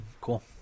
Cool